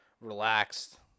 relaxed